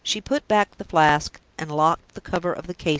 she put back the flask, and locked the cover of the casing.